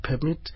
permit